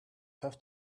have